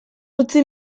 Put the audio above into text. utzi